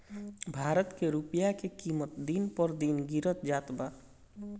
भारत के रूपया के किमत दिन पर दिन गिरत जात बा